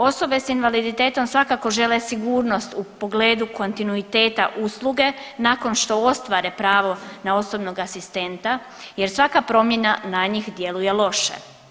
Osobe s invaliditetom svakako žele sigurnost u pogledu kontinuiteta usluge nakon što ostvare pravo na osobnog asistenta jer svaka promjena na njih djeluje loše.